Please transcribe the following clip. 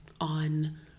on